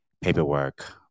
paperwork